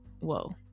Whoa